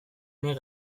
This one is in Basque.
nahi